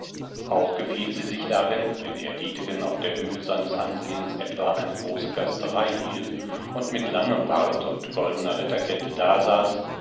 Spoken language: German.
auch gefiel sie sich darin wenn herr dietegen auf der höhe seines ansehens etwa große gasterei hielt und mit langem bart und goldener ritterkette dasaß